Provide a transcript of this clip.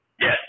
Yes